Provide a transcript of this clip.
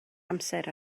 amser